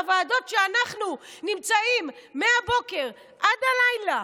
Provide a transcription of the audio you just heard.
הוועדות שאנחנו נמצאים מהבוקר עד הלילה,